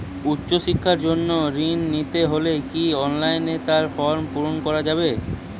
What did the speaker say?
উচ্চশিক্ষার জন্য ঋণ নিতে হলে কি অনলাইনে তার ফর্ম পূরণ করা যাবে?